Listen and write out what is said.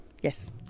Yes